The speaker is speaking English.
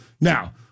Now